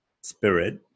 spirit